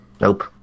Nope